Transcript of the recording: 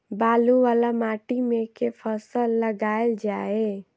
बालू वला माटि मे केँ फसल लगाएल जाए?